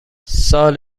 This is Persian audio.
سال